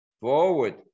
forward